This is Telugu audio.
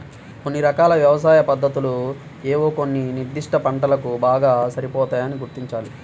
కొన్ని రకాల వ్యవసాయ పద్ధతులు ఏవో కొన్ని నిర్దిష్ట పంటలకు బాగా సరిపోతాయని గుర్తించాలి